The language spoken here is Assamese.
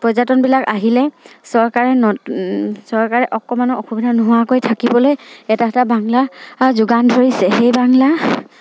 পৰ্যটকবিলাক আহিলে চৰকাৰে অকমানো অসুবিধা নোহোৱাকৈ থাকিবলৈ এটা এটা বাংলাৰ যোগান ধৰিছে সেই বাংলা